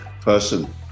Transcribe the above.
person